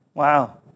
Wow